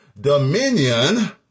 dominion